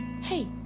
Hey